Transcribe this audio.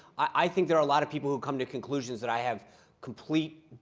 i think there are a lot of people who come to conclusions that i have complete